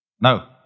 No